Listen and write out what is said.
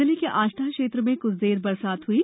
जिले के आष्टा क्षेत्र में क्छ देर बरसात भी हयी